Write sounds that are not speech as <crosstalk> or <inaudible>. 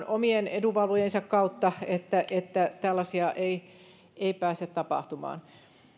<unintelligible> omien edunvalvojiensa kautta että että tällaisia ei ei pääse tapahtumaan